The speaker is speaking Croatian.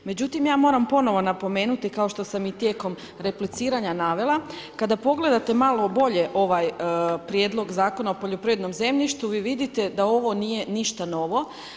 Međutim, ja moram ponovno napomenuti, kao što sam i tijekom repliciranja navela, kada pogledate malo bolje ovaj prijedlog Zakona o poljoprivrednom zemljištu, vi vidite da ovo nije ništa novo.